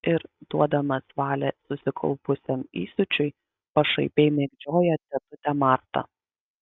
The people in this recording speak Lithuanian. ir duodamas valią susikaupusiam įsiūčiui pašaipiai mėgdžioja tetutę martą